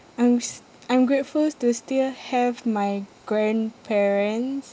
I'm s~ I'm gratefuls to still have my grandparents